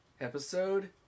Episode